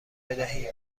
بدهید